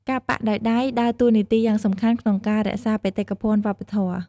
ការប៉ាក់ដោយដៃដើរតួនាទីយ៉ាងសំខាន់ក្នុងការ រក្សាបេតិកភណ្ឌវប្បធម៌។